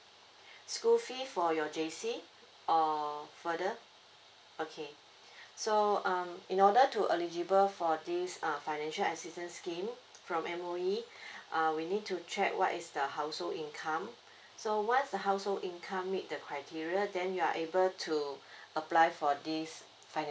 school fee for your J_C or further okay so um in order to eligible for this uh financial assistance scheme from M_O_E uh we need to check what is the household income so once the household income meet the criteria then you are able to apply for this financial